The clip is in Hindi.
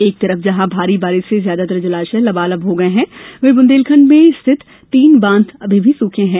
एक तरफ जहां भारी बारिश से ज्यादातर जलाशय लबालब हो गये हैं वहीं ब्रंदेलखंड में स्थित तीन बांध अभी भी सूखे हैं